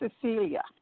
Cecilia